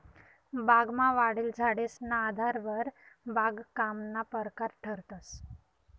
बागमा वाढेल झाडेसना आधारवर बागकामना परकार ठरतंस